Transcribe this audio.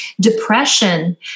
depression